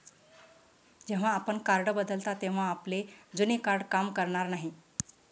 जेव्हा आपण कार्ड बदलता तेव्हा आपले जुने कार्ड काम करणार नाही